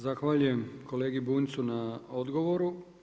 Zahvaljujem kolegi Bunjcu na odgovoru.